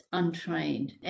untrained